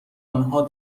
انها